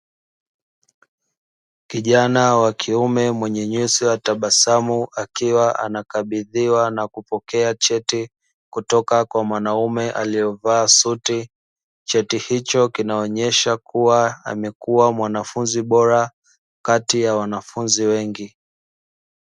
Kijana wa kiume mwenyenyenyesha tabasamu akiwa anakabidhiwa na kupokea cheti kutoka kwa mwanaume aliyevaa suti, cheti hicho kinaonyesha kuwa amekuwa mwanafunzi bora kati ya wanafunzi wengi.